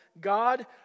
God